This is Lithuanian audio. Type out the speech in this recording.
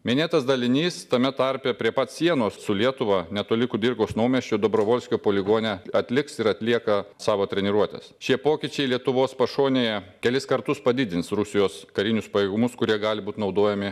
minėtas dalinys tame tarpe prie pat sienos su lietuva netoli kudirkos naumiesčio dobrovolskio poligone atliks ir atlieka savo treniruotes šie pokyčiai lietuvos pašonėje kelis kartus padidins rusijos karinius pajėgumus kurie gali būt naudojami